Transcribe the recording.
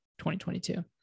2022